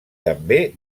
també